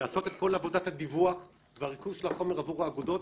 לעשות את כל עבודת הדיווח והריכוז של החומר עבור האגודות,